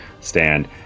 stand